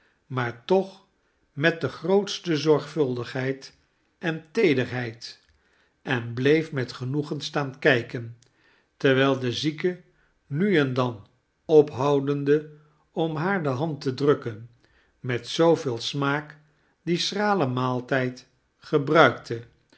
maar toch met de grootste zorgvuldigheid en teederheid en bleef met genoegen staan kijken terwijl de zieke nu en dan ophoudende om haar de hand te drukken met zooveel smaak dien schralen maaltijd gebruikte